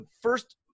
first